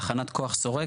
תחנת כוח שורק.